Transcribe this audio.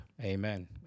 Amen